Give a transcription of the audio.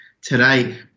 today